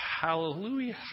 Hallelujah